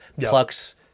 plucks